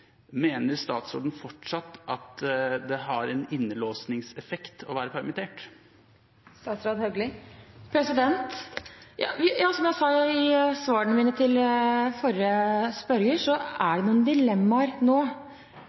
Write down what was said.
Mener statsråden fortsatt at det har en innlåsningseffekt å være permittert? Som jeg sa i svarene mine til forrige replikant, er det noen dilemmaer nå.